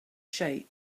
shape